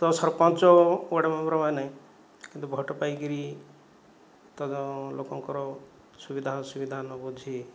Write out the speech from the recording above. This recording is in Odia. ତ ସରପଞ୍ଚ ଓ ୱାର୍ଡ଼ ମେମ୍ବରମାନେ କିନ୍ତୁ ଭୋଟ ପାଇକିରି ତ ଲୋକଙ୍କର ସୁବିଧା ଅସୁବିଧା ନ ବୁଝି